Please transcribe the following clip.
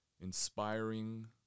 inspiring